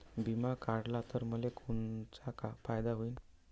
बिमा काढला त मले कोनचा फायदा होईन?